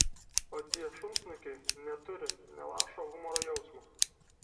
o tie šunsnukiai neturi nė lašo humoro jausmo